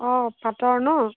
অঁ পাটৰ ন'